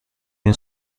این